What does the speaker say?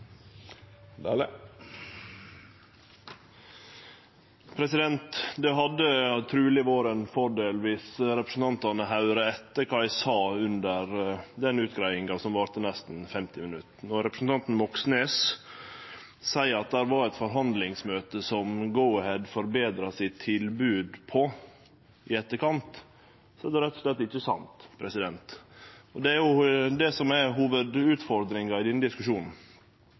Det hadde truleg vore ein fordel om representantane høyrde etter kva eg sa under den utgreiinga som varte nesten 50 minutt. Når representanten Moxnes seier at det var eit forhandlingsmøte der Go-Ahead forbetra sitt tilbod i etterkant, er det rett og slett ikkje sant. Det er jo det som er hovudutfordringa i denne diskusjonen.